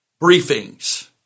briefings